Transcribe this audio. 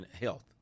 health